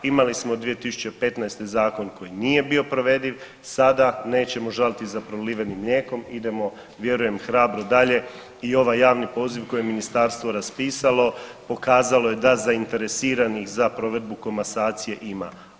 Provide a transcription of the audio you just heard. Imali smo 2015. zakon koji nije bio provediv, sada nećemo žaliti za prolivenim mlijekom idemo vjerujem hrabro dalje i ovaj javni poziv koji je ministarstvo raspisalo pokazalo je da zainteresiranih za provedbu komasacije ima.